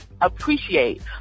appreciate